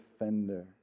offender